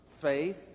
faith